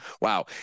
wow